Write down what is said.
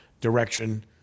direction